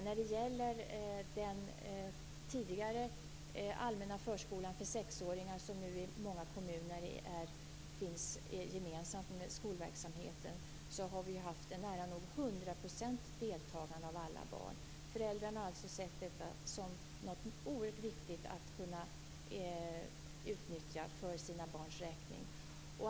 När det gäller den tidigare allmänna förskolan för sexåringar, som nu i många kommuner finns gemensamt med skolverksamheten, har vi haft ett nära nog hundraprocentigt deltagande av alla barn. Föräldrarna har alltså sett detta som något oerhört viktigt att kunna utnyttja för sina barns räkning.